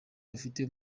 bafite